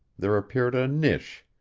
there appeared a niche,